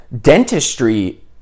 dentistry